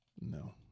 No